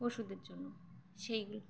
ওষুধের জন্য সেই